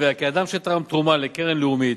קובע כי אדם שתרם תרומה לקרן לאומית